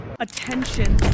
Attention